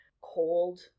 cold